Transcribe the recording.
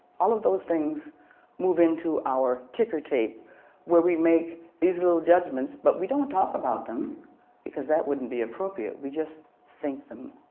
all of those things move into our ticker tape where we make these little judgements but we don't talk about them because that wouldn't be appropriate. we just think them.